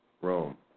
Rome